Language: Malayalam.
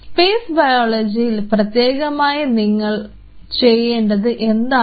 സ്പേസ് ബയോളജിയിൽ പ്രത്യേകമായി നിങ്ങൾ ചെയ്യേണ്ടത് എന്താണ്